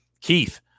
Keith